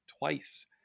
twice